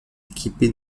équipée